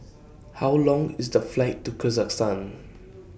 How Long IS The Flight to